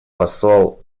посол